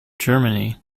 germany